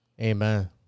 Amen